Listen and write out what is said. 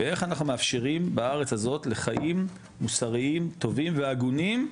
ואיך אנחנו מאפשרים בארץ הזאת לחיים מוסריים טובים והגונים,